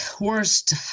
worst